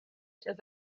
site